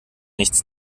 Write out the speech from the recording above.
nichts